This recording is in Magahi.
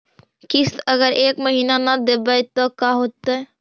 किस्त अगर एक महीना न देबै त का होतै?